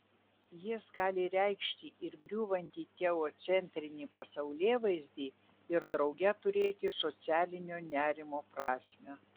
jis gali reikšti ir griūvantį teocentrinį pasaulėvaizdį ir drauge turėti socialinio nerimo prasmę